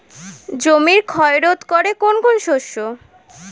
জমির ক্ষয় রোধ করে কোন কোন শস্য?